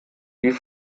wie